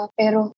pero